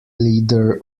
leader